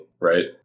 right